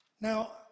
Now